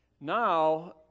now